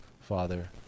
Father